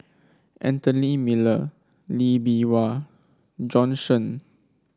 Anthony Miller Lee Bee Wah Bjorn Shen